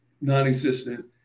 non-existent